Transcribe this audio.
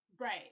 Right